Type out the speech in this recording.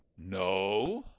no?